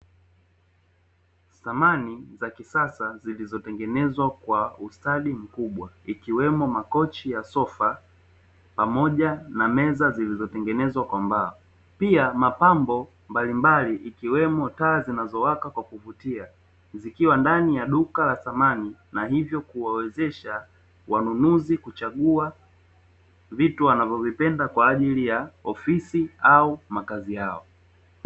Samani za kisasa zilizotengenezwa kwa ustadi mkubwa, ikiwemo makochi ya sofa, pamoja na meza zilizotengenezwa kwa mbao, pia mapambo mbalimbali ikiwemo taa zinazowaka kwa kuvutia, zikiwa ndani ya duka la samani, na hivyo kuwawezesha wanunuzi kuchagua vitu wanavyovipenda kwa ajili ya ofisi au makazi yao.